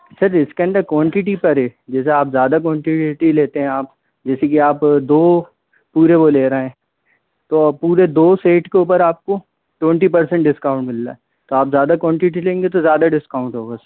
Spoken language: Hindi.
सर इस के अंदर क्वानटिटी सर है जैसे आप ज़्यादा क्वानटिटी लेते हैं आप जैसे कि आप दो पूरे वो ले रहे हैं तो पूरे दो सेट के ऊपर आप को ट्वेंटी पर्सेन्ट डिस्काउंट मिल रहा है तो आप ज़्यादा क्वानटिटी लेंगे तो ज़्यादा डिस्काउंट होगा उस में